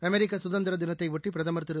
அமெரிக்க சுதந்திர தினத்தை ஒட்டி பிரதமர் திரு